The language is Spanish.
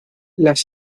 las